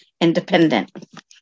independent